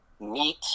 meet